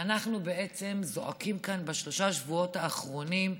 ואנחנו בעצם זועקים כאן בשלושת השבועות האחרונים: